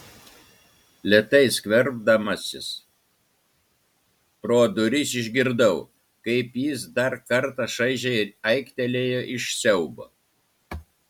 lėtai skverbdamasis pro duris išgirdau kaip jis dar kartą šaižiai aiktelėjo iš siaubo